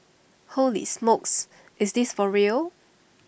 holy smokes is this for real